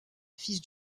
fils